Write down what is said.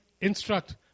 instruct